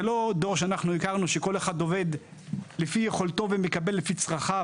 זה לא דור שאנחנו הכרנו שכל אחד עובד לפי יכולתו ומקבל לפי צרכיו,